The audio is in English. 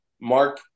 Mark